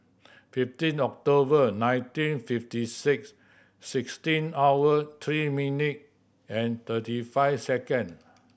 fifteen October nineteen fifty six sixteen hour three minute and thirty five second